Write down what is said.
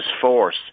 force